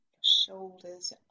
shoulders